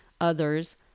others